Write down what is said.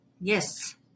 Yes